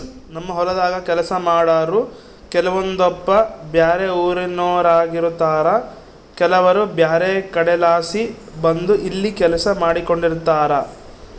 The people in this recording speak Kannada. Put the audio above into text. ನಮ್ಮ ಹೊಲದಾಗ ಕೆಲಸ ಮಾಡಾರು ಕೆಲವೊಂದಪ್ಪ ಬ್ಯಾರೆ ಊರಿನೋರಾಗಿರುತಾರ ಕೆಲವರು ಬ್ಯಾರೆ ಕಡೆಲಾಸಿ ಬಂದು ಇಲ್ಲಿ ಕೆಲಸ ಮಾಡಿಕೆಂಡಿರ್ತಾರ